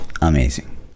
amazing